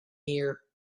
year